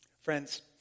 Friends